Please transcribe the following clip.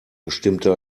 stimmte